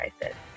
crisis